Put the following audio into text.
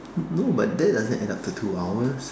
no but that doesn't add up to two hours